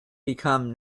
become